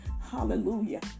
Hallelujah